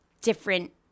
different